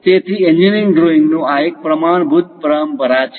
તેથી engineering drawing નું આ એક પ્રમાણભૂત પરંપરા છે